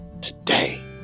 Today